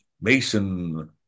Mason